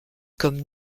comme